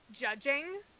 judging